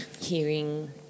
Hearing